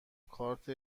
کارت